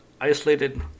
isolated